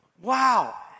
Wow